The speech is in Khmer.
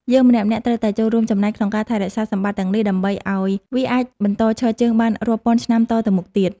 យើងម្នាក់ៗត្រូវតែចូលរួមចំណែកក្នុងការថែរក្សាសម្បត្តិទាំងនេះដើម្បីឱ្យវាអាចបន្តឈរជើងបានរាប់ពាន់ឆ្នាំតទៅមុខទៀត។